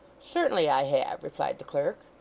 certainly i have replied the clerk.